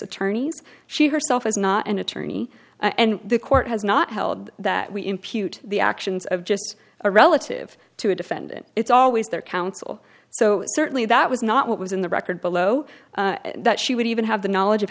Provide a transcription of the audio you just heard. attorneys she herself is not an attorney and the court has not held that we impute the actions of just a relative to a defendant it's always their counsel so certainly that was not what was in the record below that she would even have the knowledge of